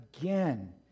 again